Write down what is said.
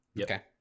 Okay